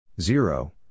zero